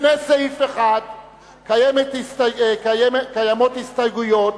לפני סעיף 1 קיימות הסתייגויות